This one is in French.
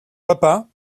papa